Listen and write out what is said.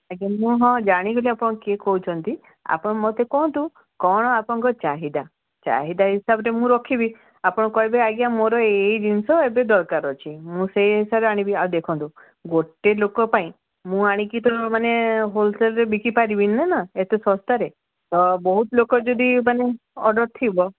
ଆଜ୍ଞା ମୁଁ ହଁ ଜାଣିଗଲି ଆପଣ କିଏ କହୁଛନ୍ତି ଆପଣ ମୋତେ କହନ୍ତୁ କ'ଣ ଆପଣଙ୍କ ଚାହିଦା ଚାହିଦା ହିସାବରେ ମୁଁ ରଖିବି ଆପଣ କହିବେ ଆଜ୍ଞା ମୋର ଏଇ ଏଇ ଜିନିଷ ଏବେ ଦରକାର ଅଛି ମୁଁ ସେଇ ହିସାବରେ ଆଣିବି ଆଉ ଦେଖନ୍ତୁ ଗୋଟେ ଲୋକ ପାଇଁ ମୁଁ ଆଣିକି ତ ମାନେ ହୋଲସେଲ୍ରେ ବିକି ପାରିବିନି ନା ନା ଏତେ ଶସ୍ତାରେ ତ ବହୁତ ଲୋକ ଯଦି ମାନେ ଅର୍ଡ଼ର୍ ଥିବ